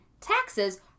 taxes